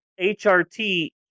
HRT